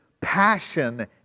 passion